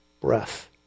breath